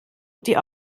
die